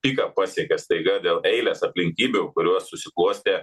piką pasiekė staiga dėl eilės aplinkybių kurios susiklostė